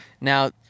Now